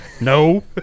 No